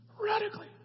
radically